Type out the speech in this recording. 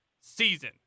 season